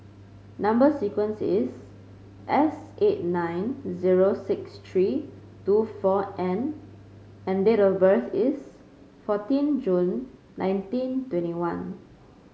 number sequence is S eight nine zero six three two four N and date of birth is fourteen June nineteen twenty one